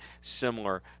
similar